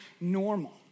normal